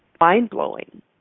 mind-blowing